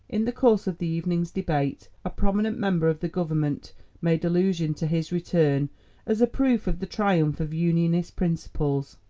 in the course of the evening's debate a prominent member of the government made allusion to his return as a proof of the triumph of unionist principles.